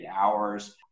hours